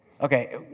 Okay